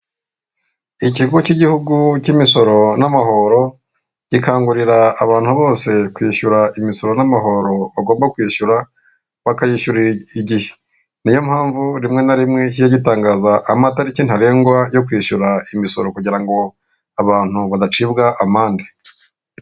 Ikigo cy'igihugu cy'imisoro n'amahoro gikangurira abantu bose kwishyura imisoro n'amahoro bagomba kwishyura bakayishyura igihe. Niyo mpamvu rimwe na rimwe kijya gitangaza amatariki ntarengwa yo kwishyura imisoro kugira ngo abantu badacibwa amande